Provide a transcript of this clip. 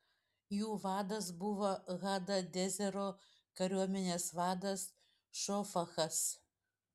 jų vadas buvo hadadezero kariuomenės vadas šofachas